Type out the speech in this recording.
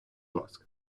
ласка